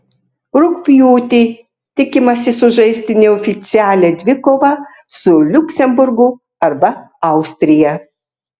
rugpjūtį tikimasi sužaisti neoficialią dvikovą su liuksemburgu arba austrija